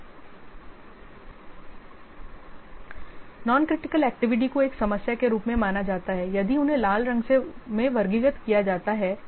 Non critical activity को एक समस्या के रूप में माना जाता है यदि उन्हें लाल रंग में वर्गीकृत किया जाता है तो